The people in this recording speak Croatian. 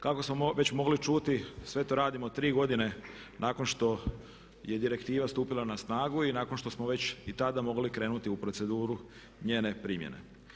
Kako smo već mogli čuti sve to radimo 3 godine nakon što je Direktiva stupila na snagu i nakon što smo već i tada mogli krenuti u proceduru njene primjene.